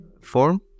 form